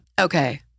Okay